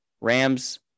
Rams